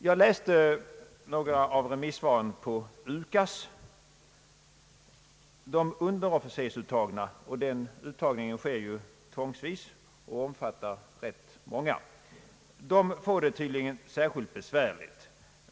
Jag läste några av remissvaren på UKAS. De som skall utbildas till underofficerare — den uttagningen sker ju tvångsvis och omfattar rätt många av de värnpliktiga — får det tydligen särskilt besvärligt.